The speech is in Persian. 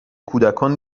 کودکان